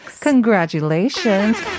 Congratulations